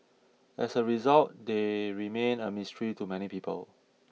as a result they remain a mystery to many people